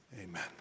Amen